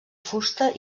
fusta